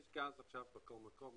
יש גז עכשיו בכל מקום.